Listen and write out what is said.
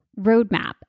roadmap